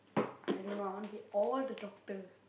I don't know I want to be all the doctor